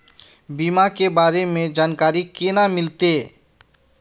बीमा के बारे में जानकारी केना मिलते?